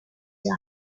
die